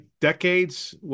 Decades